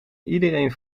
iedereen